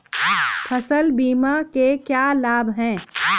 फसल बीमा के क्या लाभ हैं?